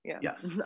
yes